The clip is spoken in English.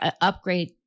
upgrade